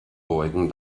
beugen